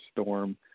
storm